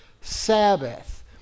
Sabbath